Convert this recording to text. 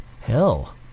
hell